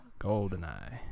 GoldenEye